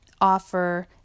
offer